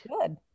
Good